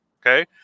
okay